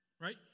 Right